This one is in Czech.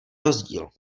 rozdíl